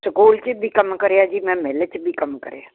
school 'ਚ ਵੀ ਕੰਮ ਕਰਿਆ ਜੀ ਮੈਂ ਮਿਲ ਚ ਵੀ ਕੰਮ ਕਰਿਆ